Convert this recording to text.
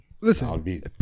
Listen